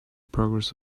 progress